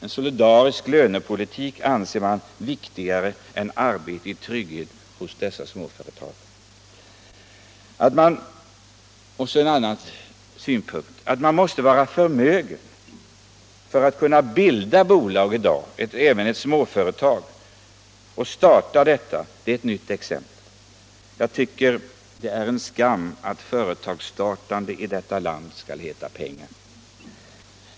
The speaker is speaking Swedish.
En solidarisk lönepolitik anser man viktigare än arbete i trygghet hos dessa småföretag. En annan synpunkt är att man i dag måste vara förmögen för att kunna bilda ett bolag — även ett småföretag — och starta något nytt. Jag tycker det är en skam att företagsstartande i detta land skall heta pengar.